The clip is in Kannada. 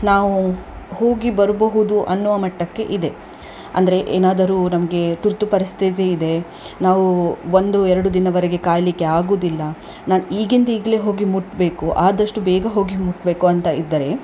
ನಾವು ಹೋಗಿ ಬರಬಹುದು ಅನ್ನುವ ಮಟ್ಟಕ್ಕೆ ಇದೆ ಅಂದರೆ ಏನಾದರು ನಮಗೆ ತುರ್ತು ಪರಿಸ್ಥಿತಿ ಇದೆ ನಾವು ಒಂದು ಎರಡು ದಿನವರೆಗೆ ಕಾಯಲಿಕ್ಕೆ ಆಗೋದಿಲ್ಲ ನಾನು ಈಗಿಂದೀಗಲೆ ಹೋಗಿ ಮುಟ್ಟಬೇಕು ಆದಷ್ಟು ಬೇಗ ಹೋಗಿ ಮುಟ್ಟಬೇಕು ಅಂತ ಇದ್ದರೆ